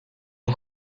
اون